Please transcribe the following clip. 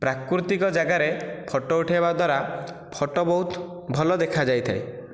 ପ୍ରାକୃତିକ ଜାଗାରେ ଫଟୋ ଉଠେଇବା ଦ୍ୱାରା ଫଟୋ ବହୁତ ଭଲ ଦେଖାଯାଇଥାଏ